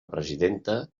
presidenta